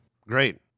Great